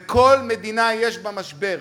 וכל מדינה יש בה משבר,